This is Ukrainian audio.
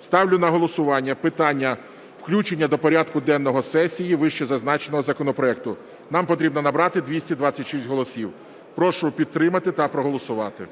ставлю на голосування питання включення до порядку денного сесії вищезазначеного законопроекту. Нам потрібно набрати 226 голосів. Прошу підтримати та проголосувати.